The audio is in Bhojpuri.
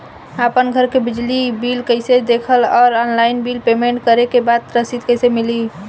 आपन घर के बिजली बिल कईसे देखम् और ऑनलाइन बिल पेमेंट करे के बाद रसीद कईसे मिली?